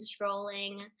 scrolling